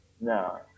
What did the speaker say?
No